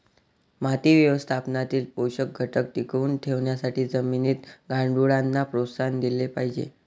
माती व्यवस्थापनातील पोषक घटक टिकवून ठेवण्यासाठी जमिनीत गांडुळांना प्रोत्साहन दिले पाहिजे